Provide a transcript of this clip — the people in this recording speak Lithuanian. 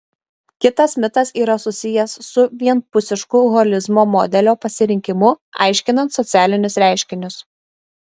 kitas mitas yra susijęs su vienpusišku holizmo modelio pasirinkimu aiškinant socialinius reiškinius